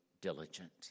diligent